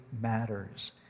matters